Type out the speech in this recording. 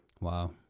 Wow